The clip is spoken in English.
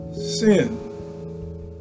sin